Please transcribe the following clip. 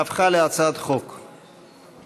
אין סעיפים 1 2 נתקבלו.